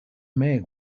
make